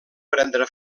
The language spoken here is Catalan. prendre